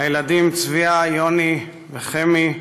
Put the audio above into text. הילדים צביה, יוני וחמי,